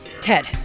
Ted